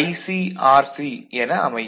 IcRc என அமையும்